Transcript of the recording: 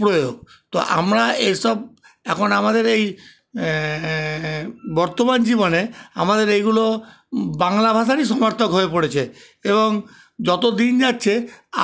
প্রয়োগ তো আমরা এসব এখন আমাদের এই বর্তমান জীবনে আমাদের এগুলো বাংলা ভাষারই সমার্থক হয়ে পড়েছে এবং যত দিন যাচ্ছে